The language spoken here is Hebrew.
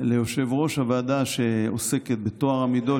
מזוז ליושב-ראש הוועדה שעוסקת בטוהר המידות